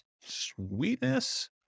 Sweetness